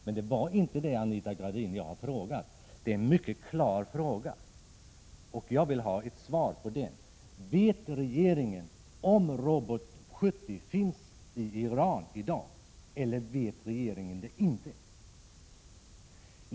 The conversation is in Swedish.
Men, Anita Gradin, jag har inte frågat om det. Jag har ställt en mycket klar fråga, och jag vill ha ett svar på frågan: Vet regeringen om Robot 70 finns i Iran i dag, eller vet regeringen det inte?